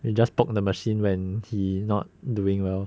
we just poke the machine when he not doing well